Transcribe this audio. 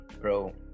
bro